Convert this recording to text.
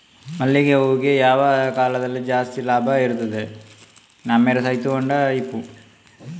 ಮಲ್ಲಿಗೆ ಹೂವಿಗೆ ಯಾವ ಕಾಲದಲ್ಲಿ ಜಾಸ್ತಿ ಲಾಭ ಬರುತ್ತದೆ?